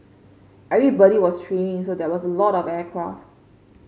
everybody was training so there was a lot of aircraft's